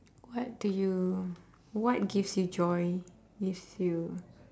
what do you what gives you joy gives you